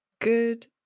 Good